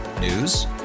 News